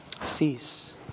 cease